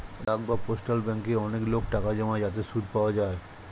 ডাক বা পোস্টাল ব্যাঙ্কে অনেক লোক টাকা জমায় যাতে সুদ পাওয়া যায়